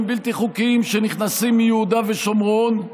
בלתי חוקיים שנכנסים מיהודה ושומרון,